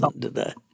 today